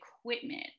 equipment